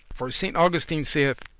for saint augustine saith,